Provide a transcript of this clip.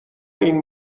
این